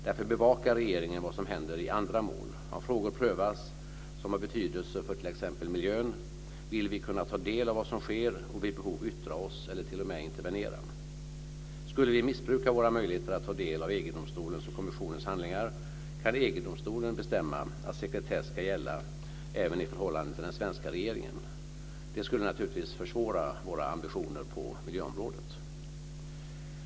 Därför bevakar regeringen vad som händer i andra mål. Om frågor prövas som har betydelse för t.ex. miljön, vill vi kunna få del av vad som sker och vid behov yttra oss eller t.o.m. intervenera. Skulle vi missbruka våra möjligheter att ta del av EG-domstolens och kommissionens handlingar, kan EG-domstolen bestämma att sekretess ska gälla även i förhållande till den svenska regeringen. Det skulle naturligtvis försvåra våra ambitioner på miljöområdet.